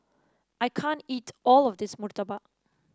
I can't eat all of this Murtabak